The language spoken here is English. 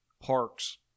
parks